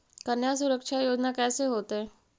कन्या सुरक्षा योजना कैसे होतै?